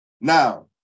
Now